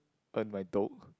earn my